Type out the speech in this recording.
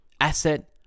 asset